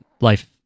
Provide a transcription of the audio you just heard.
life